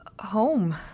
home